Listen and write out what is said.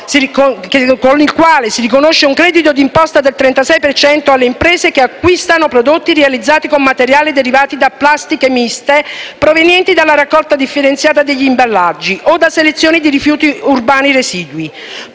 con il quale si riconosce un credito d'imposta del 36 per cento alle imprese che acquistano prodotti realizzati con materiali derivati da plastiche miste provenienti dalla raccolta differenziata degli imballaggi o da selezioni di rifiuti urbani residui.